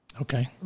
Okay